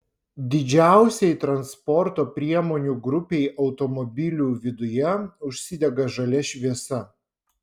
didžiausiai transporto priemonių grupei automobilių viduje užsidega žalia šviesa